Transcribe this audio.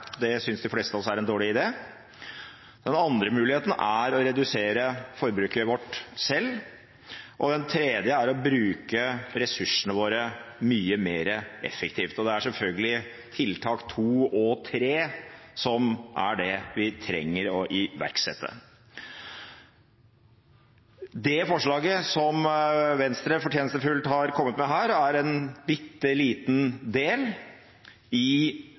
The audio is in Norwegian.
Det synes de fleste av oss er en dårlig idé. Den andre muligheten er å redusere vårt eget forbruk. Den tredje er å bruke ressursene våre mye mer effektivt. Det er selvfølgelig tiltak nummer to og tre vi trenger å iverksette. Det forslaget som Venstre fortjenstfullt har kommet med her, er en bitte liten del